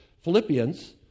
Philippians